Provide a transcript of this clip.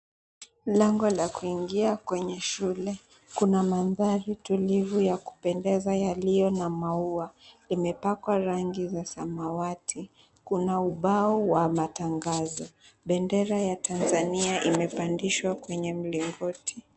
Mlango wa kuingia kwenye shule kuna maandhari tulivu ya kupendeza yaliyo na maua, imepakwa rangi za samawati. Kuna ubao wa matangazo. Bendera ya Tanzania imepandishwa kwenye mlingoti.